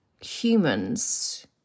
humans